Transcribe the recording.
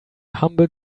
humble